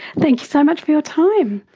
thank you so much for your time.